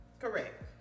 Correct